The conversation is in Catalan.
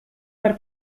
per